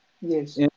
Yes